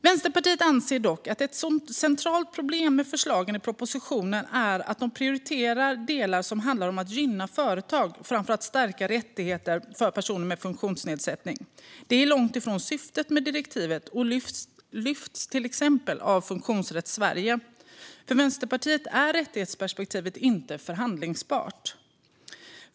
Vänsterpartiet anser dock att ett centralt problem med förslagen i propositionen är att de prioriterar delar som handlar om att gynna företag framför att stärka rättigheter för personer med funktionsnedsättning. Det är långt ifrån syftet med direktivet och lyfts fram av till exempel Funktionsrätt Sverige. För Vänsterpartiet är rättighetsperspektivet inte förhandlingsbart.